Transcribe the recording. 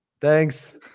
Thanks